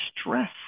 stress